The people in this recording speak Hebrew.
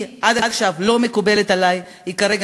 היא עד עכשיו לא מקובלת עלי: היא כרגע